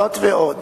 זאת ועוד,